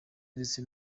ndetse